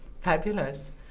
Fabulous